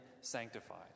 sanctified